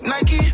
Nike